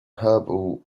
herbal